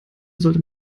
sollte